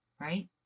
right